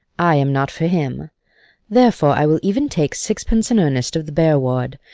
i am not for him therefore i will even take sixpence in earnest of the bear-ward,